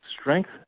strength